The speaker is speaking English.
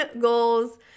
goals